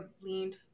leaned